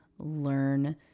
Learn